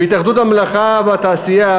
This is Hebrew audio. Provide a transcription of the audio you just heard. בהתאחדות המלאכה והתעשייה,